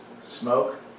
Smoke